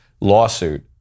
lawsuit